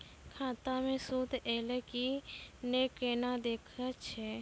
खाता मे सूद एलय की ने कोना देखय छै?